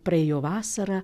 praėjo vasara